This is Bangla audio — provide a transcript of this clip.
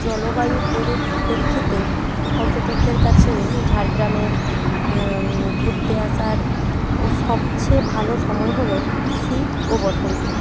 জলবায়ু পরিপ্রেক্ষিতে পর্যটকদের কাছে ঝাড়গ্রামের ঘুরতে আসার ও সবচেয়ে ভালো সময় হল শীত ও বসন্ত